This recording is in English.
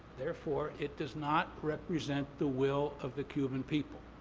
therefore, it does not represent the will of the cuban people.